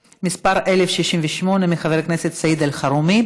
מס' 1068, של חבר הכנסת סעיד אלחרומי.